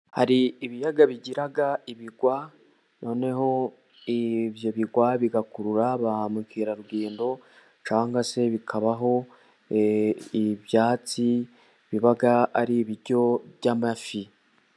Hari ibiyaga bigira ibigwa, noneho ibyo bigwa bigakurura ba mukerarugendo, cyangwa se bikabaho ibyatsi biba ari ibiryo by'amafi.